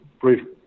brief